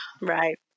Right